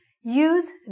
use